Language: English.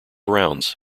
rounds